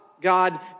God